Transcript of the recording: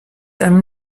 einem